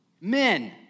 men